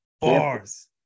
Bars